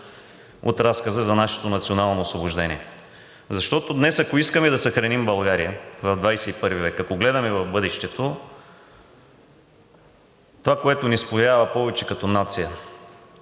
от разказа за нашето национално освобождение? Защото, ако днес искаме да съхраним България в XXI век, като гледаме в бъдещето, това, което ни споява повече като нация,